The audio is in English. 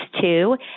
two